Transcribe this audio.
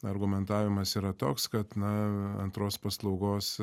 argumentavimas yra toks kad na antros paslaugos